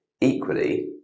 equally